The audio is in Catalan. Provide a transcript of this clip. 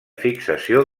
fixació